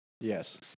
yes